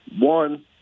One